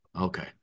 Okay